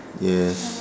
yes